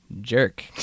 jerk